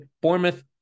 Bournemouth